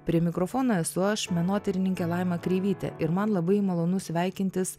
prie mikrofono esu aš menotyrininkė laima kreivytė ir man labai malonu sveikintis